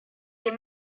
les